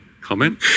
comment